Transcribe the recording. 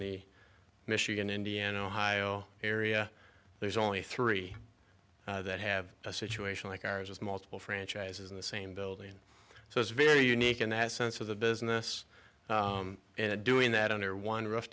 the michigan indiana ohio area there's only three that have a situation like ours with multiple franchises in the same building so it's very unique in that sense of the business and doing that under one roof